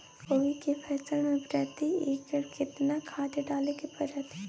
कोबी के फसल मे प्रति एकर केतना खाद डालय के परतय?